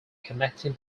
connecting